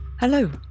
Hello